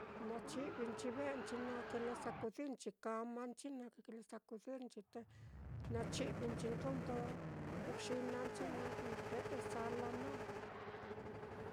Nachi'vinchi ve'enchi naá, kile sakudirnchi kamanchi naá kile sakudirnchi te, na chi'vinchi ndo ndo kuxinanchi naá, ve'e sala naá.